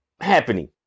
happening